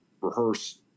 rehearse